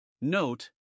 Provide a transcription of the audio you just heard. Note